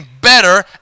better